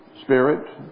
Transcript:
spirit